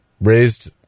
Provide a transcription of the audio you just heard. raised